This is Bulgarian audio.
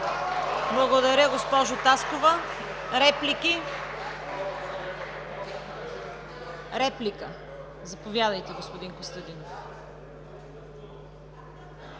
Благодаря, госпожо Таскова. Реплики? Заповядайте, господин Костадинов.